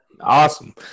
awesome